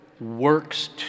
works